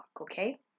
okay